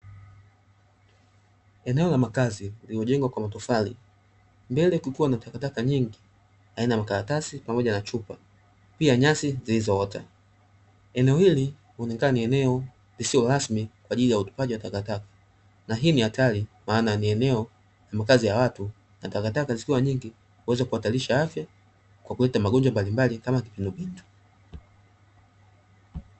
Eneo la makazi lililojengwa kwa matofali mbele kukiwa na takataka nyingi aina ya makaratasi pamoja na chupa, pia nyasi zilizoota. Eneo hili hunaonekana ni eneo lisilo rasmi kwa ajili ya utupaji wa takataka. Na hii ni hatari, maana ni eneo la makazi ya watu na takataka zikiwa nyingi huweza kuhatarisha afya kwa kuleta magonjwa mbalimbali kama kipindupindu.